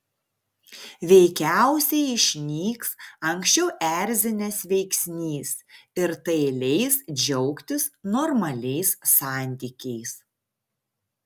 veikiausiai išnyks anksčiau erzinęs veiksnys ir tai leis džiaugtis normaliais santykiais